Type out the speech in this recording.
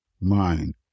mind